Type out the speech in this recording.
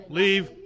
leave